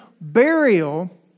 burial